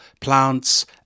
plants